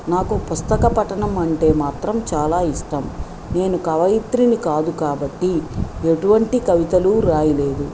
నాకు పుస్తక పఠనం అంటే మాత్రం చాలా ఇష్టం నేను కవయిత్రిని కాదు కాబట్టి ఎటువంటి కవితలు రాయలేదు